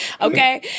okay